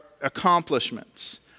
accomplishments